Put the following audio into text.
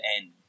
end